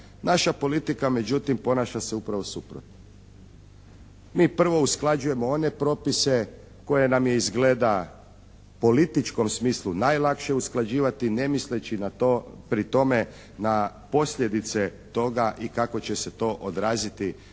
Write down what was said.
Naša politika međutim ponaša se upravo suprotno. Mi prvo usklađujemo one propise koje nam je izgleda u političkom smislu najlakše usklađivati, ne misleći na to pri tome na posljedice toga i kako će se to odraziti